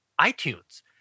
iTunes